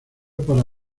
para